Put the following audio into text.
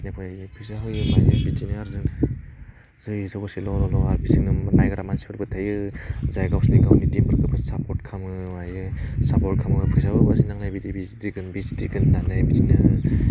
प्सेयारफोरनो फैसा होयो मायो बिदिनो आरो जों जै सह'सैल' ल' आरो बिदिनो नायग्रा मानसिफोरबो थायो जाय गावसिनि गावनि टिमफोरखौ सापर्ट खालामो मायो सापर्ट खालामो फैसाबो बादि नाङो बिदि बिदि थैगोन बिदि थैगोन होन्नानै बिदिनो